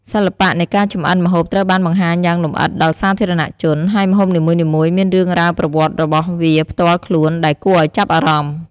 សិល្បៈនៃការចម្អិនម្ហូបត្រូវបានបង្ហាញយ៉ាងលម្អិតដល់សាធារណជន ហើយម្ហូបនីមួយៗមានរឿងរ៉ាវប្រវត្តិរបស់វាផ្ទាល់ខ្លួនដែលគួរឲ្យចាប់អារម្មណ៍។